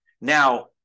Now